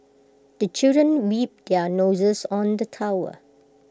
the children their noses on the towel